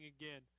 again